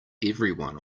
everyone